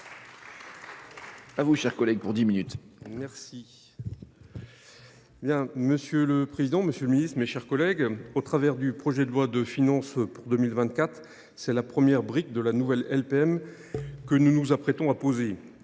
! La parole est à M. Philippe Paul. Monsieur le président, monsieur le ministre, mes chers collègues, au travers du projet de loi de finances pour 2024, c’est la première brique de la nouvelle LPM que nous nous apprêtons à poser.